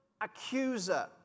Accuser